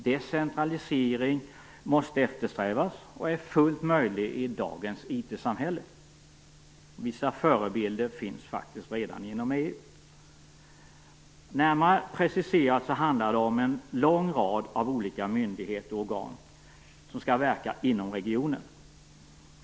Decentralisering måste eftersträvas och är fullt möjlig i dagens IT-samhälle. Vissa förebilder finns faktiskt redan inom EU. Närmare preciserat handlar det om en lång rad av olika myndigheter och organ som skall verka inom regionen.